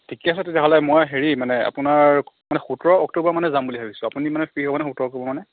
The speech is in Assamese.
ঠিকেই আছে তেতিয়াহ'লে মই হেৰি মানে আপোনাৰ মানে সোতৰ অক্টোবৰ মানে যাম বুলি ভাবিছোঁ আপুনি মানে ফ্ৰী হ'বনে সোতৰ অক্টোবৰ মানে